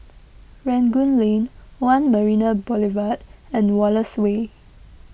Rangoon Lane one Marina Boulevard and Wallace Way